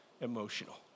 emotional